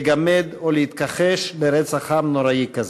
לגמד או להתכחש לרצח עם נוראי כזה.